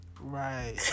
Right